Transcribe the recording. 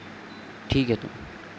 ठीक आहे तर